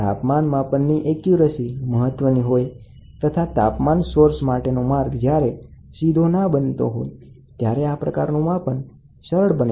તાપમાન માપનની ચોકસાઈ મહત્વની હોય તથા તાપમાન સ્રોત માટેનો માર્ગ સીધો ના હોય ત્યારે આ પ્રકારનું માપન ઉપલબ્ધ બને છે અને આપણે ફાઇબર ઓપ્ટિક પાયરોમીટરનો ઉપયોગ કરીએ છીએ